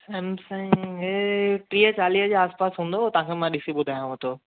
Samsung हे टीह चालीह जे आसपास हूंदो तव्हां खे मां ॾिसी ॿुधायांव थो